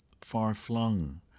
far-flung